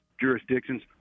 jurisdictions